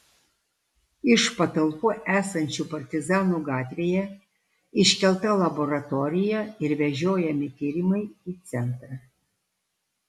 iš patalpų esančių partizanų gatvėje iškelta laboratorija ir vežiojami tyrimai į centrą